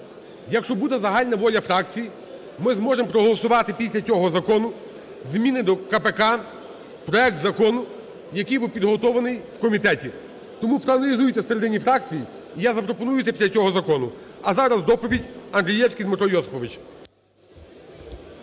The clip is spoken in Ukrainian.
Якщо буде загальна воля фракцій, ми зможемо проголосувати після цього закону зміни до КПК, проект закону, який був підготовлений в комітеті. Тому проаналізуйте всередині фракцій, я запропоную це після цього закону. А зараз доповідь – Андрієвський Дмитро Йосипович.